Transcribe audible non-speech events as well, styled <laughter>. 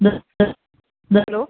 <unintelligible> hello